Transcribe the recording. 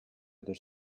other